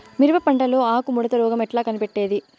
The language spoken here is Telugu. మిరప పంటలో ఆకు ముడత రోగం ఎట్లా కనిపెట్టేది?